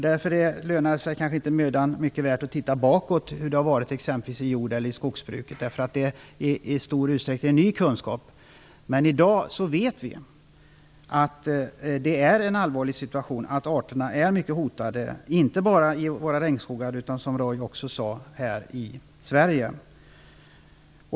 Därför är det kanske inte mödan värt att titta bakåt på hur det har varit inom jordeller skogsbruket. Det rör sig ju i stor utsträckning om ny kunskap. Men i dag vet vi att situationen är allvarlig, att arterna är hotade och inte bara i regnskogarna utan också - som Roy Ottosson sade - här i Sverige.